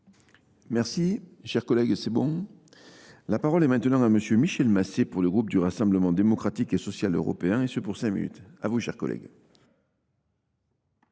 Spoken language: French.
Merci, cher collègue, c'est bon. La parole est maintenant à monsieur Michel Massé pour le groupe du Rassemblement démocratique et social européen et ce pour cinq minutes. A vous, cher collègue.